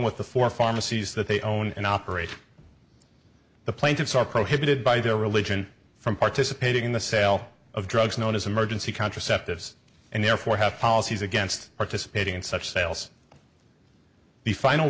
with the four pharmacies that they own and operate the plaintiffs are prohibited by their religion from participating in the sale of drugs known as emergency contraceptives and therefore have policies against participating in such sales the final